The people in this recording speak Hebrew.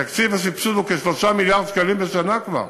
תקציב הסבסוד הוא כ-3 מיליארדי שקלים בשנה כבר,